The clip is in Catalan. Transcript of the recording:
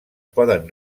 poden